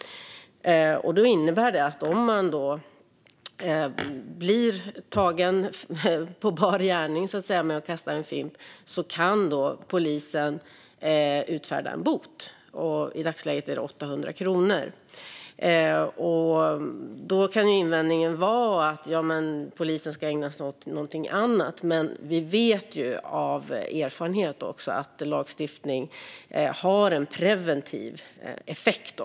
Det innebär att om man blir tagen på bar gärning med att kasta en fimp kan polisen utfärda en bot. I dagsläget är det 800 kronor. Invändningen kan vara att polisen ska ägna sig åt något annat, men vi vet av erfarenhet att lagstiftning har en preventiv effekt.